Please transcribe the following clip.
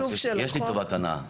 --- יש לי טובת הנאה,